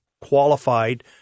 qualified